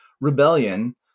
rebellion